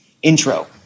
intro